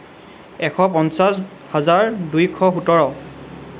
এশ পঞ্চাছ হাজাৰ দুশ সোতৰ